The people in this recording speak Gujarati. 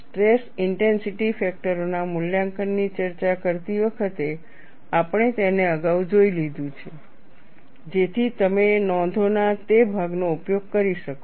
સ્ટ્રેસ ઇન્ટેન્સિટી ફેક્ટરોના મૂલ્યાંકનની ચર્ચા કરતી વખતે આપણે તેને અગાઉ જોઈ લીધું છે જેથી તમે નોંધોના તે ભાગનો ઉપયોગ કરી શકો